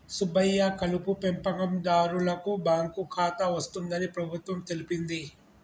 సుబ్బయ్య కలుపు పెంపకందారులకు బాంకు ఖాతా వస్తుందని ప్రభుత్వం తెలిపింది